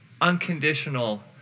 unconditional